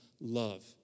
love